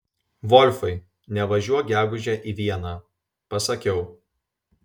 volfai nevažiuok gegužę į vieną pasakiau